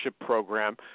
program